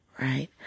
right